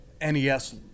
NES